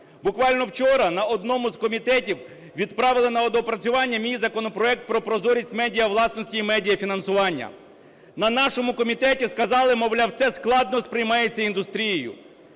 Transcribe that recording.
Буквально, вчора на одному з комітетів відправили на доопрацювання мені законопроект про прозорість медіа-власності і медіа-фінансування. На нашому комітеті сказали, мовляв, це складно сприймається індустрією.